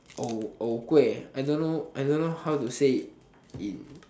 orh orh kueh I don't know I don't know how to say it in